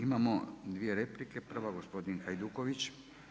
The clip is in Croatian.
Imamo dvije replike, prva gospodin Hajduković.